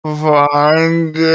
find